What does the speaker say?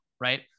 right